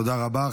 תודה רבה.